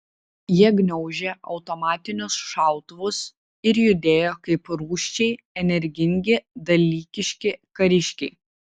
jie gniaužė automatinius šautuvus ir judėjo kaip rūsčiai energingi dalykiški kariškiai